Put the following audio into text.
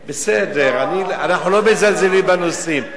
ולא, בסדר, אנחנו לא מזלזלים בנושאים.